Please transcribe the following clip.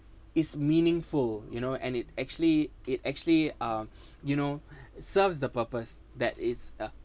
it's meaningful you know and it actually it actually uh you know serves the purpose that is a